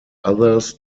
others